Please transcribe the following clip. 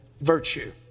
virtue